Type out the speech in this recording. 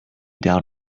down